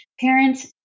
parents